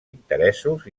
interessos